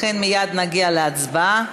לכן מייד נגיע להצבעה.